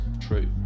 true